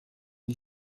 lhe